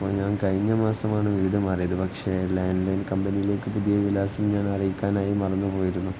അപ്പോള് ഞാൻ കഴിഞ്ഞ മാസമാണ് വീട് മറിയത് പക്ഷേ ലാന്ഡ് ലൈൻ കമ്പനിയിലേക്കു പുതിയ വിലാസം ഞാൻ അറിയിക്കാനായി മറന്നുപോയിരുന്നു